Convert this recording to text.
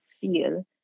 feel